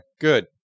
good